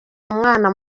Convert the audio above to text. umwana